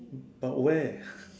but where